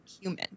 human